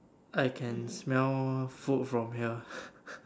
I can smell food from here